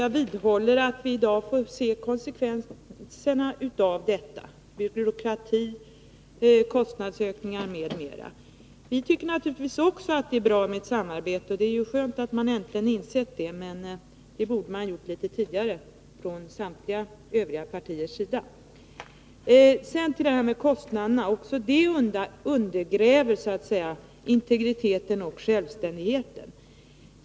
Jag vidhåller att vi i dag ser konsekvenserna av denna, dvs. ökad byråkrati, kostnadsökningar m.m. Vi tycker naturligtvis också att det är bra med ett samarbete. Det är skönt att man äntligen har insett att det behövs, men det borde man ha gjort litet tidigare från samtliga övriga partiers sida. Sedan vill jag ta upp frågan om kostnaderna. Också på grund av dem undergrävs integriteten och självständigheten.